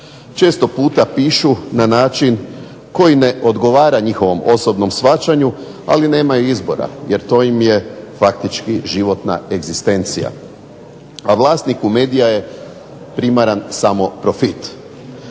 Često puta pišu na način koji ne odgovara njihovom osobnom shvaćanju, ali nemaju izbora jer to im je faktički životna egzistencija. A vlasniku medija je primaran samo profit.